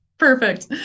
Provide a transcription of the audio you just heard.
Perfect